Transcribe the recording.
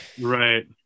right